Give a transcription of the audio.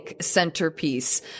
centerpiece